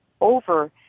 over